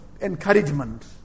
encouragement